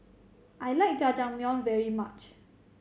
I like Jajangmyeon very much